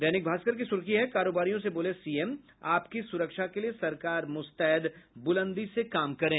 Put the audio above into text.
दैनिक भास्कर की सुर्खी है कारोबारियों से बोले सीएम आपकी सुरक्षा के लिए सरकार मुस्तैद बुलंदी से काम करें